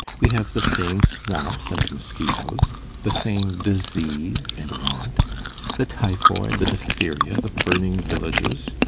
we have the same swamps and mosquitoes the same disease and want the typhoid, the diphtheria, the burning villages.